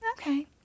okay